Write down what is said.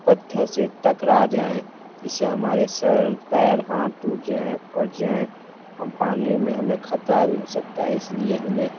पत्थर से टकरा जाएँ जिससे हमारे सर पैर हाथ टूट जाए फट जाए हम पानी में हमें ख़तरा भी हो सकता है इसलिए हमें